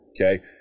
okay